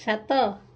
ସାତ